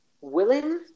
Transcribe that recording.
willing